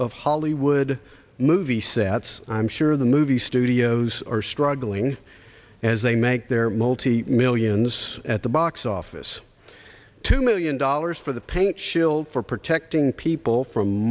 of hollywood movie sets i'm sure the movie studios are struggling as they make their multi millions at the box office two million dollars for the paint schildt for protecting people from